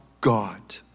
God